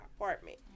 apartment